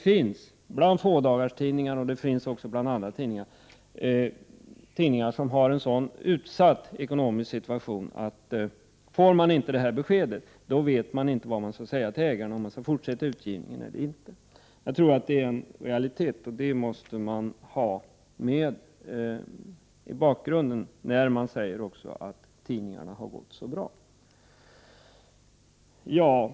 Vissa fådagarstidningar och vissa andra tidningar har en så utsatt ekonomisk situation att de om de inte får detta besked inte vet vad de skall ge ägarna för besked, om utgivningen skall fortsätta eller inte. Det är en realitet. Detta måste finnas i bakgrunden när det sägs att tidningarna har gått så bra.